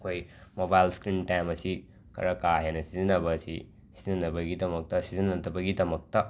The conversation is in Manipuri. ꯑꯩꯈꯣꯏ ꯃꯣꯕꯥꯏꯜ ꯁꯀ꯭ꯔꯤꯟ ꯇꯥꯏꯝ ꯑꯁꯤ ꯈꯔ ꯀꯥ ꯍꯦꯟꯅ ꯁꯤꯖꯤꯟꯅꯕ ꯑꯁꯤ ꯁꯤꯖꯤꯟꯅꯕꯒꯤꯗꯃꯛꯇ ꯁꯤꯖꯤꯟꯅꯗꯕꯒꯤꯗꯃꯛꯇ